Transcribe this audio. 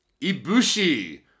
Ibushi